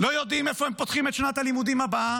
ולא יודעים איפה הם פותחים את שנת הלימודים הבאה,